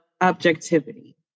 objectivity